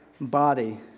body